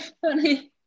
funny